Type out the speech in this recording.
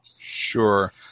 Sure